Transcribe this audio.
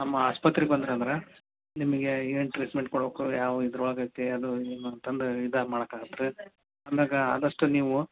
ನಮ್ಮ ಆಸ್ಪತ್ರಿಗೆ ಬಂದ್ರು ಅಂದ್ರೆ ನಿಮಗೆ ಏನು ಟ್ರೀಟ್ಮೆಂಟ್ ಕೊಡಬೇಕು ಯಾವ ಇದ್ರ ಒಳಗೈತೆ ಅದು ಏನು ಅಂತಂದು ಇದು ಮಾಡಕಾಗತ್ತೆ ರೀ ಆಮ್ಯಾಗೆ ಆದಷ್ಟು ನೀವು